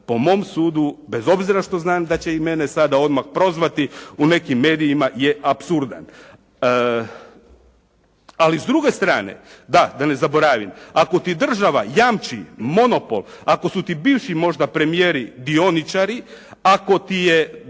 po mom sudu bez obzira što znam da će i mene sada odmah prozvati u nekim medijima je apsurdan. Ali s druge strane da, da ne zaboravim. Ako ti država jamči monopol, ako su ti bivši možda premijeri dioničari, ako ti je